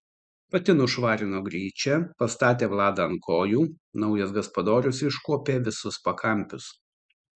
pati nušvarino gryčią pastatė vladą ant kojų naujas gaspadorius iškuopė visus pakampius